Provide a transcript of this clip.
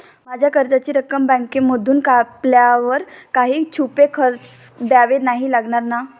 माझ्या कर्जाची रक्कम बँकेमधून कापल्यावर काही छुपे खर्च द्यावे नाही लागणार ना?